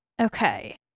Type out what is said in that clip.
Okay